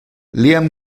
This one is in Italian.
liam